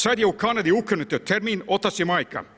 Sad je u Kanadi ukinut termin otac i majka.